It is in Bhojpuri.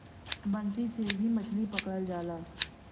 बंसी से भी मछरी पकड़ल जाला